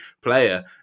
player